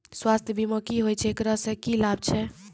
स्वास्थ्य बीमा की होय छै, एकरा से की लाभ छै?